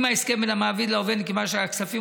אם בהסכם בין המעביד לעובד נקבע שהכספים